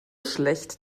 schlecht